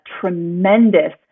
tremendous